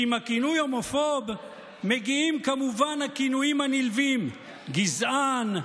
ועם הכינוי הומופוב מגיעים כמובן הכינויים הנלווים: גזען,